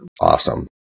Awesome